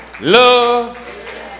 love